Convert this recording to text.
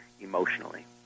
emotionally